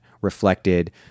reflected